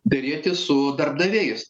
derėtis su darbdaviais